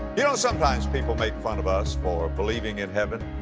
you know sometimes people make fun of us for believing in heaven.